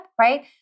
right